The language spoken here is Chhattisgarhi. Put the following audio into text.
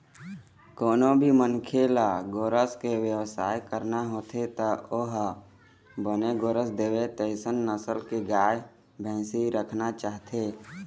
कोनो भी मनखे ल गोरस के बेवसाय करना होथे त ओ ह बने गोरस देवय तइसन नसल के गाय, भइसी राखना चाहथे